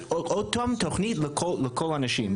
אז אותה תוכנית לכל האנשים.